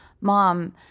mom